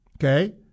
Okay